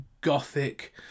gothic